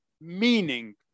meaning